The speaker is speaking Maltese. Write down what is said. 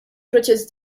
proċess